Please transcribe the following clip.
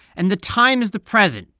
and the time is the present.